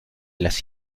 las